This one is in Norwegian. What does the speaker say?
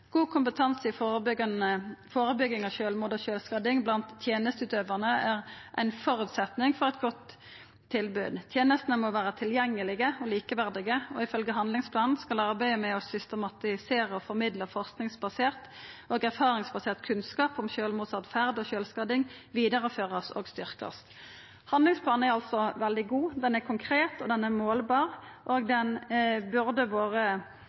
God kompetanse i førebygging av sjølvmord og sjølvskading blant tenesteutøvarane er ein føresetnad for eit godt tilbod. Tenestene må vera tilgjengelege og likeverdige. Ifølgje handlingsplanen skal arbeidet med å systematisera og formidla forskingsbasert og erfaringsbasert kunnskap om sjølvmordsåtferd og sjølvskading vidareførast og styrkjast. Handlingsplanen er altså veldig god, han er konkret, han er målbar, og han burde vore